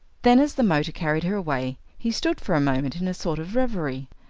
then as the motor carried her away he stood for a moment in a sort of reverie.